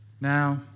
Now